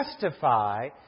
justify